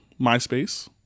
MySpace